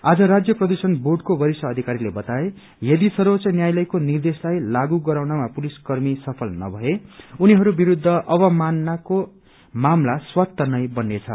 आज राज्य प्रदूषण बोँडको वरिष्ठ अधिकारीले बताए यदि सर्वोच्च न्यायानयको निर्देशलाई लागू गराउनमा पुलिसकर्मी सफल नभए एनीहरू विरूद्ध अब मात्रको मामला स्वतः बन्नेछ